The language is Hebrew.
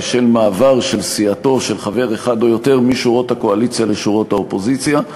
בשל מעבר סיעתו של חבר אחד או יותר משורות הקואליציה לשורות האופוזיציה.